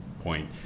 point